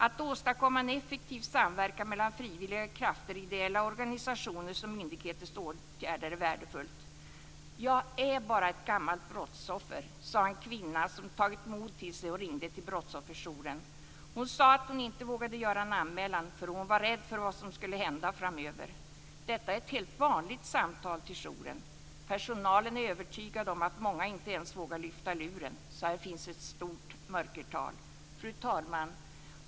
Att åstadkomma en effektiv samverkan mellan frivilliga krafter, ideella organisationers och myndigheters åtgärder är värdefullt. "Jag är bara ett gammalt brottsoffer", sade en kvinna som tog mod till sig och ringde till Brottsofferjouren. Hon sade att hon inte vågade göra en anmälan för hon var rädd för vad som skulle hända framöver. Detta är ett helt vanligt samtal till jouren. Personalen är övertygad om att många inte ens vågar lyfta luren, så här finns ett stort mörkertal. Fru talman!